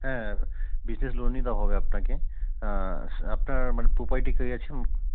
হ্যাঁ business loan নিতে হবে আপনাকে আপনার মানে প্রপার্টি কী আছে